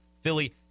Philly